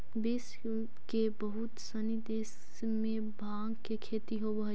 विश्व के बहुत सनी देश में भाँग के खेती होवऽ हइ